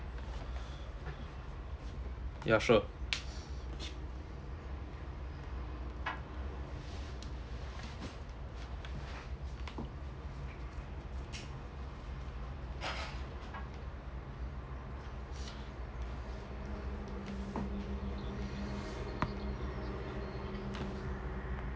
yeah sure